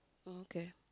okay